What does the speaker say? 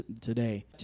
today